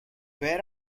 where